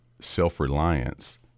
self-reliance